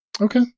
Okay